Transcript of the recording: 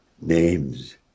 Names